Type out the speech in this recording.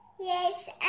Yes